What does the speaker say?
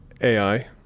AI